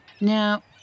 Now